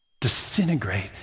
disintegrate